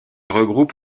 regroupe